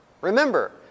Remember